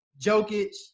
Jokic